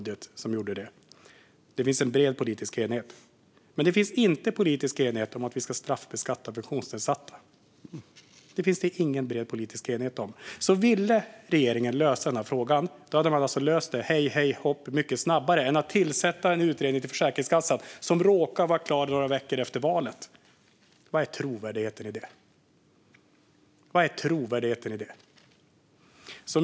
Det finns dock ingen bred politisk enighet om att straffbeskatta funktionsnedsatta. Hade regeringen velat lösa frågan hade man löst den hej, hej, hopp mycket snabbare än att tillsätta en utredning i Försäkringskassan som råkar vara klar några veckor efter valet. Hur trovärdigt är det?